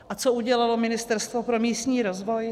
A co udělalo Ministerstvo pro místní rozvoj?